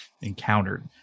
encountered